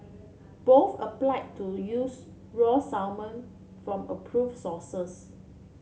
both applied to use raw salmon from approved sources